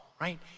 right